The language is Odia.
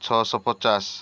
ଛଅଶହ ପଚାଶ